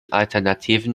alternativen